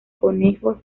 conejos